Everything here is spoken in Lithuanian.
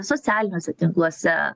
socialiniuose tinkluose